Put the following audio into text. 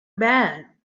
bad